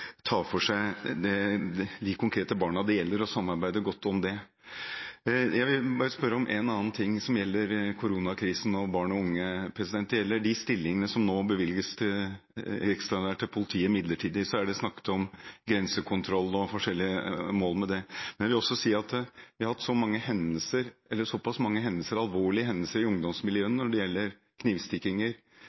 ta for seg de konkrete barna det gjelder, og samarbeide godt om det. Jeg vil spørre om en annen ting, som gjelder koronakrisen og barn og unge. Det gjelder de stillingene som nå bevilges ekstraordinært til politiet midlertidig. Det er snakket om grensekontroll og forskjellige mål med det, men jeg vil også si at vi har hatt mange alvorlige hendelser i ungdomsmiljøene med knivstikkinger og lignende, som har gjort at politiet har veldig mye å ta tak i nå når det gjelder